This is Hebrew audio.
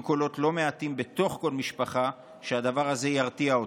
יהיו קולות לא מעטים בתוך כל משפחה שהדבר הזה ירתיע אותם.